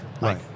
Right